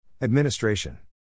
Administration